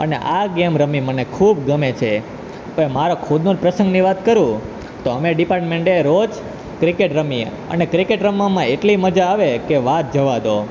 અને આ ગેમ રમવી મને ખૂબ ગમે છે પણ એ મારો ખુદનો જ પ્રંસગની વાત કરું તો અમે ડિપાર્ટમેન્ટે રોજ ક્રિકેટ રમીએ અને ક્રિકેટ રમવામાં એટલી મજા આવે કે વાત જવા દો